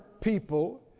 people